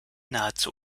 nahezu